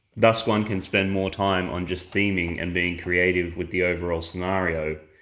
thus one can spend more time on just theming and being creative with the overall scenario,